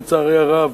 לצערי הרב,